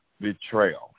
betrayal